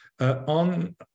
On